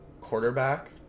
quarterback